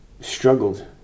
struggled